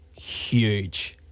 huge